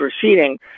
proceeding